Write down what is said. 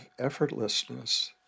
effortlessness